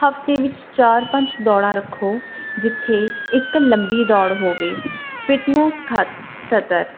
ਹਫ਼ਤੇ ਵਿੱਚ ਚਾਰ ਪੰਜ ਦੌੜਾਂ ਰੱਖੋ ਜਿੱਥੇ ਇੱਕ ਲੰਬੀ ਦੌੜ ਹੋਵੇ ਫਿਟਨੈਸ ਖ ਸਤਰ